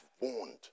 warned